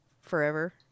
forever